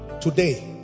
Today